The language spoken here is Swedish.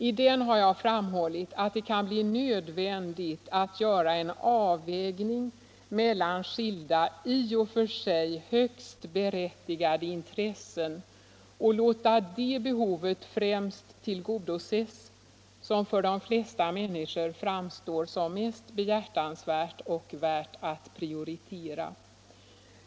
I den har jag framhållit att det kan bli nödvändigt att göra en avvägning mellan skilda i och för sig högst berättigade intressen och låta det behov främst tillgodoses som för de flesta människor framstår som mest behjärtansvärt och värt att prioritera.